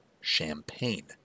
champagne